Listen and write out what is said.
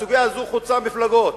הסוגיה הזאת חוצה מפלגות.